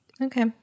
Okay